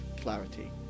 clarity